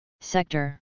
Sector